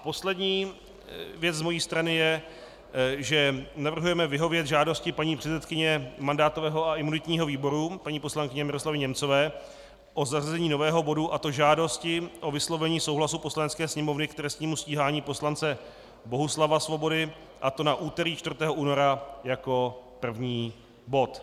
Poslední věc z mojí strany je, že navrhujeme vyhovět žádosti paní předsedkyně mandátového a imunitního výboru paní poslankyně Miroslavy Němcové o zařazení nového bodu, a to žádosti o vyslovení souhlasu Poslanecké sněmovny k trestnímu stíhání poslance Bohuslava Svobody, a to na úterý 4. února jako první bod.